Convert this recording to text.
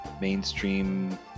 mainstream